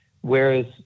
whereas